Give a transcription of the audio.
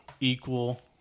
equal